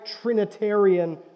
Trinitarian